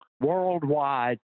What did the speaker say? Worldwide